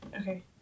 Okay